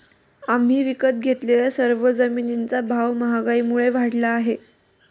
आम्ही विकत घेतलेल्या सर्व जमिनींचा भाव महागाईमुळे वाढला आहे